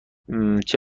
ورزش